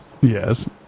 Yes